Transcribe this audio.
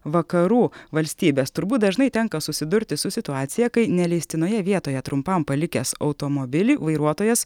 vakarų valstybes turbūt dažnai tenka susidurti su situacija kai neleistinoje vietoje trumpam palikęs automobilį vairuotojas